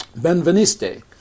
Benveniste